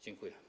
Dziękuję.